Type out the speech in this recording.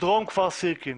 מדרום כפר סירקין